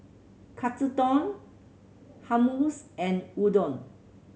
Katsudon Hummus and Udon